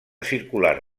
circular